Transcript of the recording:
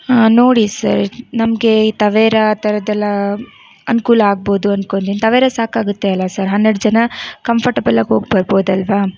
ಹಾಂ ನೋಡಿ ಸರ್ ನಮ್ಗೆ ಈ ತವೆರಾ ಆ ಥರದ್ದೆಲ್ಲ ಅನುಕೂಲ ಆಗ್ಬೋದು ಅಂದ್ಕೋತಿನಿ ತವೆರ ಸಾಕಾಗುತ್ತೆ ಅಲ್ಲ ಸರ್ ಹನ್ನೆರಡು ಜನ ಕಂಫರ್ಟೆಬಲಾಗಿ ಹೋಗಿ ಬರ್ಬೋದಲ್ಲವಾ